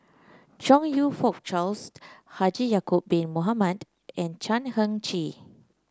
Chong You Fook Charles Haji Ya'acob Bin Mohamed and Chan Heng Chee